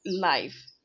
life